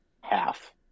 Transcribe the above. half